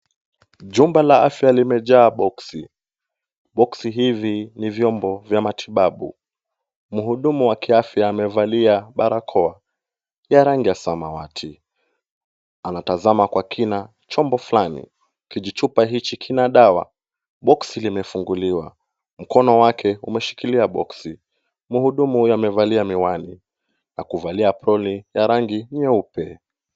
Jumba la afya limejaa boksi. Boksi hizi ni vyombo vya matibabu. Mhudumu wa kiafya amevalia barakoa ya rangi ya samawati. Anatazama kwa kina chombo flani. Kijichupa hiki kina dawa. Boksi limefunguliwa. mkono wake umeshikilia boksi. Mhudumu huyo amevalia miwani na kuvalia aproni ya rangi nyeupe.